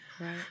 Right